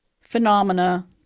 phenomena